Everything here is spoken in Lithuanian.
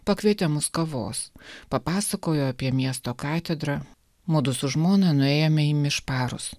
pakvietė mus kavos papasakojo apie miesto katedrą mudu su žmona nuėjome į mišparus